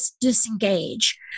disengage